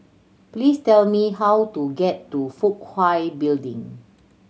please tell me how to get to Fook Hai Building